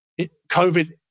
COVID